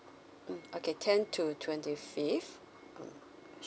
mm okay ten to twenty fifth um